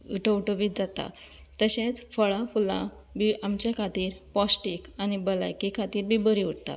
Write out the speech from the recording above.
ठवठवीत जातात तशेंच फळां फुलां बी आमचे खातीर पौश्टीक आनी भलायकी खातीर बी बरी उरता